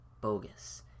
bogus